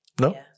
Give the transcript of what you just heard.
No